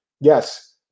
Yes